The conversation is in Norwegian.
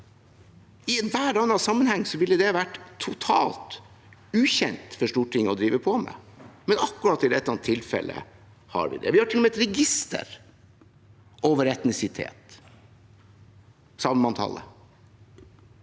I enhver annen sammenheng ville det ha vært totalt ukjent for Stortinget å drive på med, men akkurat i dette tilfellet har vi det. Vi har til og med et register over etnisitet: samemanntallet.